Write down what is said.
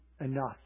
enough